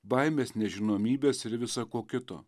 baimės nežinomybės ir visa ko kito